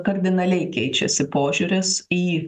kardinaliai keičiasi požiūris į